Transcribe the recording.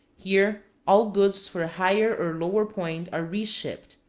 here all goods for a higher or lower point are reshipped.